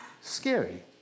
scary